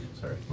Sorry